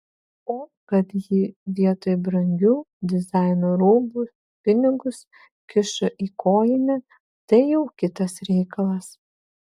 o kad ji vietoj brangių dizaino rūbų pinigus kišo į kojinę tai jau kitas reikalas